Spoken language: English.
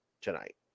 tonight